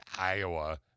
Iowa